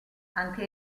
anche